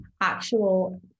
actual